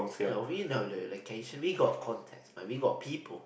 ya we know the location we got contacts man we got people